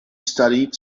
studied